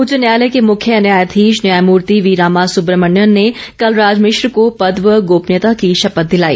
उच्च न्यायालय के मुख्य न्यायाधीश न्यायमूर्ति वी रामासुब्रमण्यन ने कलराज मिश्र को पद व गोपनीयता की शपथ दिलाई